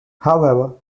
however